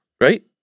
right